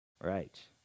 Right